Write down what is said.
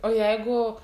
o jeigu